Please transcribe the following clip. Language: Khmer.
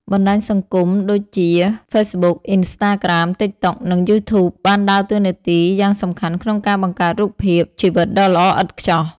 បណ្តាញសង្គមដូចជា Facebook Instagram TikTok និង YouTube បានដើរតួនាទីយ៉ាងសំខាន់ក្នុងការបង្កើតរូបភាព ជីវិតដ៏ល្អឥតខ្ចោះ។